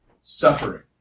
suffering